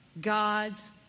God's